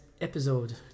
episode